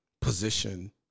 position